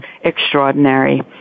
extraordinary